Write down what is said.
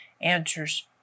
answers